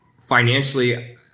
financially